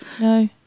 No